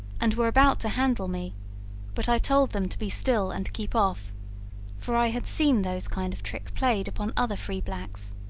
and were about to handle me but i told them to be still and keep off for i had seen those kind of tricks played upon other free blacks,